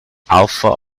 alpha